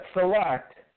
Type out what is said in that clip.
select